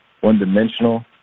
one-dimensional